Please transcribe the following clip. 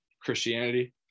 Christianity